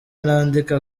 nandika